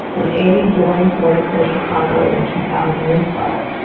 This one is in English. and amy joined mobile care chicago in two thousand and twelve.